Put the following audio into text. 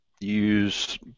use